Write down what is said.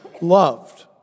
loved